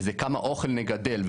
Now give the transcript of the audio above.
וזה כמה אוכל נגדל,